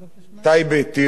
טייבה טירה,